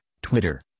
Twitter